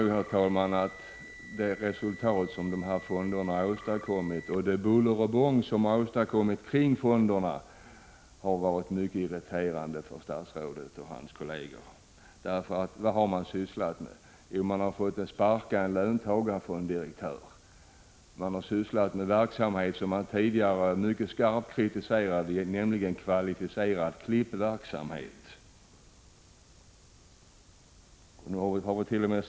Jag tror nog att de resultat som fonderna har åstadkommit, och det buller och bång som har åstadkommits kring fonderna, har varit mycket irriterande för statsrådet och hans kolleger. För vad är det man har sysslat med? Jo, regeringen har fått sparka en löntagarfondsdirektör. Man har sysslat med en verksamhet som man tidigare mycket skarpt kritiserat, nämligen kvalificerad klippverksamhet. Vi hart.o.m.